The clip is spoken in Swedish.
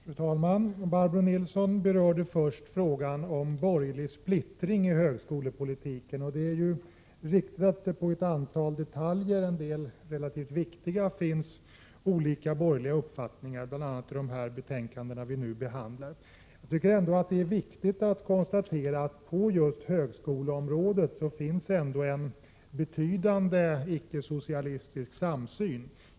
Fru talman! Barbro Nilsson berörde först frågan om borgerlig splittring i högskolepolitiken. Det är riktigt att det i ett antal detaljer, en del relativt viktiga, finns olika borgerliga uppfattningar, bl.a. i de betänkanden vi nu behandlar. Jag tycker ändå att det är viktigt att konstatera att på just högskoleområdet finns en betydande icke-socialistisk samsyn.